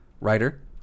Writer